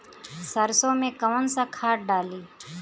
सरसो में कवन सा खाद डाली?